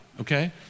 okay